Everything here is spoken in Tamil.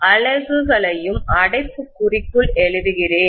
அலகுகளையும் அடைப்புக்குறிக்குள் எழுதுகிறேன்